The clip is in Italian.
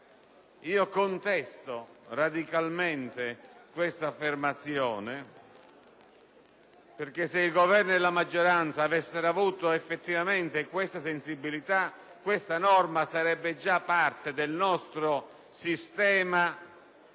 Contesto radicalmente questa affermazione, perché se il Governo e la maggioranza avessero avuto effettivamente tale sensibilità, questa norma sarebbe già parte del nostro sistema,